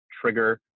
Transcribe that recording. trigger